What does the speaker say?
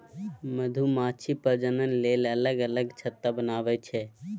मधुमाछी प्रजनन लेल अलग अलग छत्ता बनबै छै